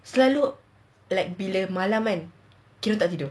selalu like malam kan kita orang tak tidur